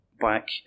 back